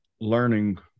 learning